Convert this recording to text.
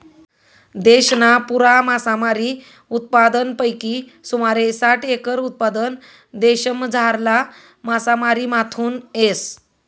देशना पुरा मासामारी उत्पादनपैकी सुमारे साठ एकर उत्पादन देशमझारला मासामारीमाथून येस